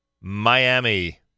Miami